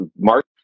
Mark